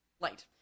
light